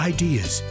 ideas